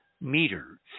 meter